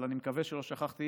אבל אני מקווה שלא שכחתי.